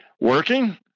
working